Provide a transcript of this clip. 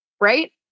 right